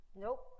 nope